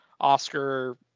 Oscar